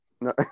No